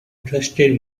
trusted